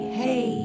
hey